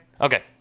Okay